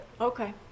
Okay